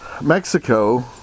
Mexico